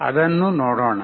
ಅದನ್ನು ನೋಡೋಣ